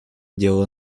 дело